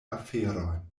aferojn